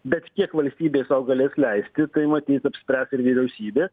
bet kiek valstybė sau galės leisti tai matyt apspręs ir vyriausybė